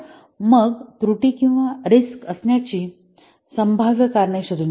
मग त्रुटी किंवा रिस्क असण्याची संभाव्य कारणे शोधून काढा